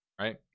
right